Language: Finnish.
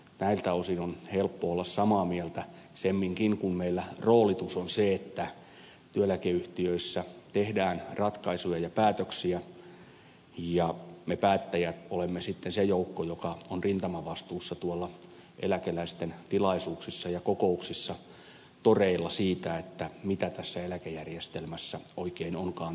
näiltä osin on helppo olla samaa mieltä semminkin kun meillä roolitus on se että työeläkeyhtiöissä tehdään ratkaisuja ja päätöksiä ja me päättäjät olemme sitten se joukko joka on rintamavastuussa tuolla eläkeläisten tilaisuuksissa ja kokouksissa toreilla siitä mitä tässä eläkejärjestelmässä oikein onkaan tapahtunut